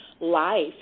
life